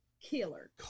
killer